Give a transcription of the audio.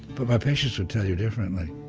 but my patients will tell you differently,